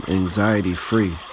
anxiety-free